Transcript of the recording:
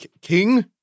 king